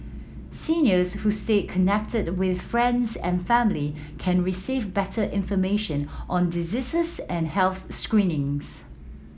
seniors who stay connected with friends and family can receive better information on diseases and health screenings